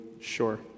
sure